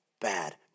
bad